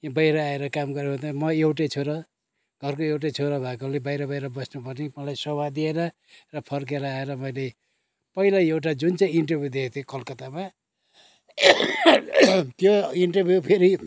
बाहिर आएर काम गर्नु म एउटै छोरो घरको एउटै छोरो भएकोले बाहिर बाहिर बस्नु पनि मलाई सोभा दिएन र फर्किएर आएर मैले पहिला एउटा जुन चाहिँ इन्टरभ्यु दिएको थिएँ कलकत्तामा त्यो इन्टरभ्यु फेरि